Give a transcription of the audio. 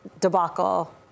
debacle